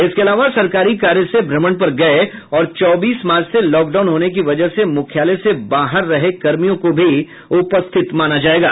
इसके अलावा सरकारी कार्य से भ्रमण पर गये और चौबीस मार्च से लॉकडाउन होने की वजह से मुख्यालय से बाहर रहे कर्मियों को भी उपस्थित माना जायेगा